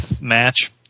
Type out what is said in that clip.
match